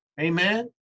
amen